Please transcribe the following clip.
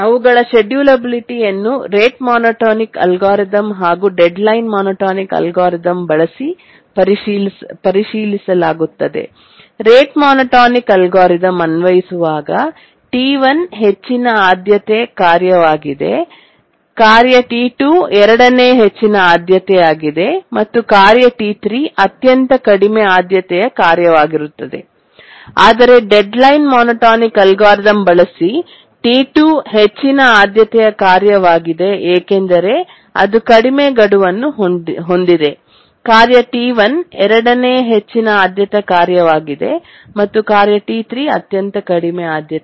ಅವುಗಳ ಶೆಡ್ಯೂಲಬಿಲಿಟಿ ಯನ್ನು rate monotonic algorithm ಹಾಗೂ ಡೆಡ್ಲೈನ್ ಮೊನೊಟೋನಿಕ್ ಅಲ್ಗಾರಿದಮ್ ಬಳಸಿ ಪರಿಶೀಲಿಸಲಾಗುತ್ತದೆ ರೇಟ್ ಮೋನೋಟೋನಿಕ್ ಅಲ್ಗಾರಿದಮ್ ಅನ್ವಯಿಸುವಾಗ T1 ಹೆಚ್ಚಿನ ಆದ್ಯತೆಯ ಕಾರ್ಯವಾಗಿದೆ ಕಾರ್ಯ T2 ಎರಡನೇ ಹೆಚ್ಚಿನ ಆದ್ಯತೆಯಾಗಿದೆ ಮತ್ತು ಕಾರ್ಯ T3 ಅತ್ಯಂತ ಕಡಿಮೆ ಆದ್ಯತೆಯ ಕಾರ್ಯ ವಾಗಿರುತ್ತದೆ ಆದರೆ ಡೆಡ್ಲೈನ್ ಮೊನೊಟೋನಿಕ್ ಅಲ್ಗಾರಿದಮ್ ಬಳಸಿ T2 ಹೆಚ್ಚಿನ ಆದ್ಯತೆಯ ಕಾರ್ಯವಾಗಿದೆ ಏಕೆಂದರೆ ಅದು ಕಡಿಮೆ ಗಡುವನ್ನು ಹೊಂದಿದೆ ಕಾರ್ಯ T1 ಎರಡನೇ ಹೆಚ್ಚಿನ ಆದ್ಯತೆಯ ಕಾರ್ಯವಾಗಿದೆ ಮತ್ತು ಕಾರ್ಯ T3 ಅತ್ಯಂತ ಕಡಿಮೆ ಆದ್ಯತೆ